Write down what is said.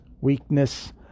weakness